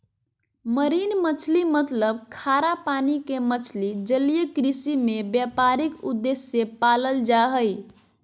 marine मछली मतलब खारा पानी के मछली जलीय कृषि में व्यापारिक उद्देश्य से पालल जा हई